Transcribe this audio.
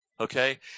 Okay